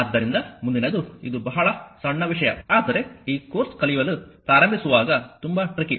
ಆದ್ದರಿಂದ ಮುಂದಿನದು ಇದು ಇದು ಬಹಳ ಸಣ್ಣ ವಿಷಯ ಆದರೆ ಈ ಕೋರ್ಸ್ ಕಲಿಯಲು ಪ್ರಾರಂಭಿಸುವಾಗ ತುಂಬಾ ಟ್ರಿಕಿ